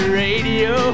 radio